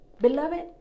Beloved